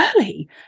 early